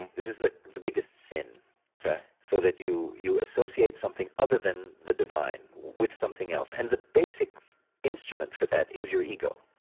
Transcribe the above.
and this is the the biggest sin okay so that you you associate something other than the divine with something else. and the basic instrument for that is your ego.